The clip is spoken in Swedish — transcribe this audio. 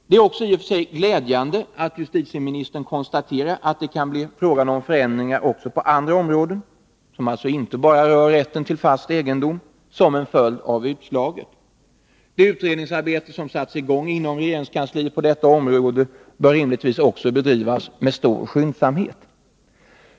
Det är i och för sig glädjande att justitieministern konstaterar att det som en följd av utslaget kan bli fråga om förändringar också på andra områden — som alltså inte rör rätten till fast egendom. Det utredningsarbete som satts i gång inom regeringskansliet på detta område bör rimligtvis bedrivas med stor skyndsamhet.